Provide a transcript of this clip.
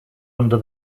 under